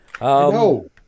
No